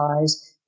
eyes